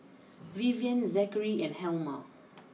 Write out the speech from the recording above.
Vivienne Zakary and Helma